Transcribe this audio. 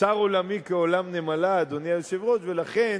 צר עולמי כעולם נמלה, אדוני היושב-ראש, ולכן